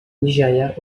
nigeria